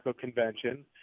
convention